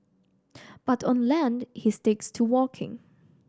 but on land he sticks to walking